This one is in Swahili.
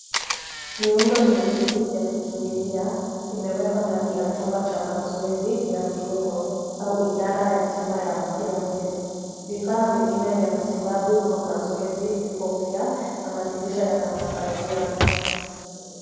Miundo miwili ya kukimbilia imewekwa ndani ya chumba cha mazoezi ya viungo au idara ya tiba ya mwili. Vifaa vingine vya matibabu au mazoezi vipo pia na madirisha yana mapazia.